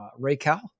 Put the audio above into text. Raycal